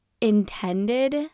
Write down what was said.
intended